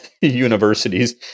universities